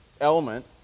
element